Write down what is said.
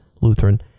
Lutheran